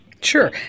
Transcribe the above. Sure